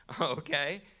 Okay